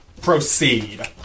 Proceed